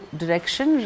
direction